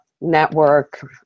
network